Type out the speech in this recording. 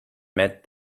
met